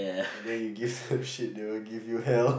then you give them shit they will give you hell